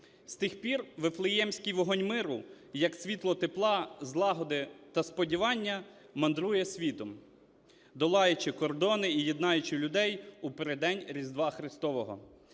З тих пір Вифлеємський вогонь миру як світло тепла, злагоди та сподівання мандрує світом, долаючи кордони і єднаючи людей у переддень Різдва Христового.